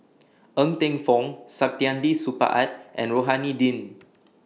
Ng Teng Fong Saktiandi Supaat and Rohani Din